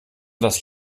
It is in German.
das